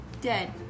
dead